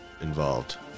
involved